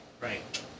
Right